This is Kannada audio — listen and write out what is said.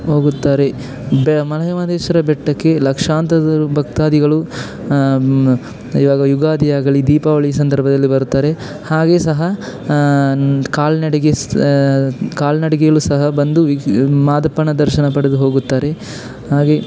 ಹೋಗುತ್ತಾರೆ ಬೆ ಮಲೆ ಮಹದೇಶ್ವರ ಬೆಟ್ಟಕ್ಕೆ ಲಕ್ಷಾಂತರ್ದರು ಭಕ್ತಾದಿಗಳು ಈವಾಗ ಯುಗಾದಿ ಆಗಲಿ ದೀಪಾವಳಿ ಸಂದರ್ಭದಲ್ಲಿ ಬರುತ್ತಾರೆ ಹಾಗೇ ಸಹ ಕಾಲ್ನಡಿಗೆ ಸಹ ಕಾಲ್ನಡಿಗೆಯಲ್ಲೂ ಸಹ ಬಂದು ವೀಕ್ಷಿಸಿ ಮಾದಪ್ಪನ ದರ್ಶನ ಪಡೆದು ಹೋಗುತ್ತಾರೆ ಹಾಗೆ